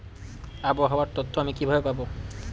আবহাওয়ার তথ্য আমি কিভাবে পাবো?